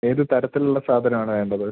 ഏത് തരത്തിലുള്ള സാധനം ആണ് വേണ്ടത്